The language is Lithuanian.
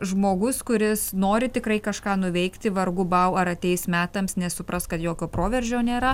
žmogus kuris nori tikrai kažką nuveikti vargu bau ar ateis metams nes supras kad jokio proveržio nėra